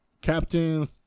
Captain